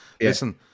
listen